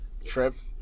Tripped